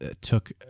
took